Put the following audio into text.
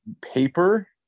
Paper